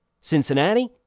Cincinnati